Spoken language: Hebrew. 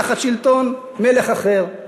תחת שלטון מלך אחר.